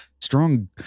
strong